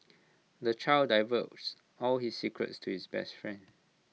the child divulged all his secrets to his best friend